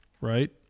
right